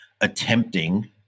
attempting